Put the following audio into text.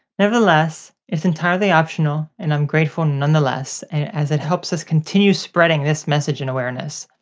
nevertheless, it's entirely optional and i'm grateful nonetheless as it helps us continue spreading this message and awareness.